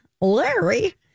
Larry